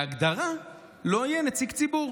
בהגדרה לא יהיה נציג ציבור.